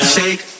Shake